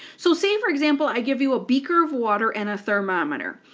so say, for example, i give you a beaker of water and a thermometer,